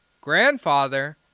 grandfather